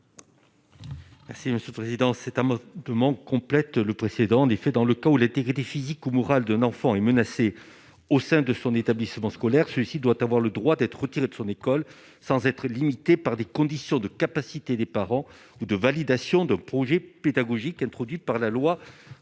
Merci monsieur le président, c'est à moi de m'en complète le précédent des faits dans le camp où l'intégrité physique ou morale d'un enfant est menacée au sein de son établissement scolaire-ci doit avoir le droit d'être de son école sans être limité par des conditions de capacité des parents ou de validations de projets pédagogiques introduites par la loi